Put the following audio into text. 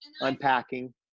unpacking